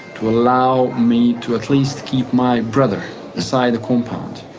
to allow me to at least keep my brother inside the compound.